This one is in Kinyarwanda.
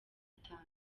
itanu